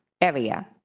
area